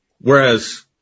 Whereas